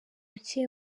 buke